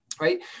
Right